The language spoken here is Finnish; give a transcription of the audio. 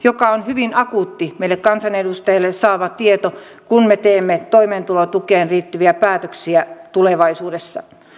tämä on hyvin akuutti meille kansanedustajille tämä tieto kun me teemme toimeentulotukeen liittyviä päätöksiä tulevaisuudessa